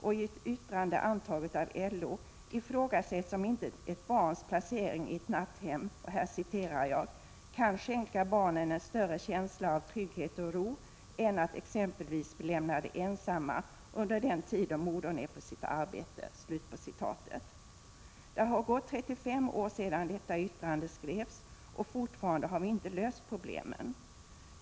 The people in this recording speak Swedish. I ett yttrande antaget av LO ifrågasattes om inte ett barns placering i ett natthem ”kan skänka barnen en större känsla av trygghet och ro än att exempelvis bli lämnade ensamma under den tid då modern är på sitt arbete”. Det har gått 35 år sedan detta yttrande skrevs, och fortfarande har vi inte löst problemen.